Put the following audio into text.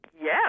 Yes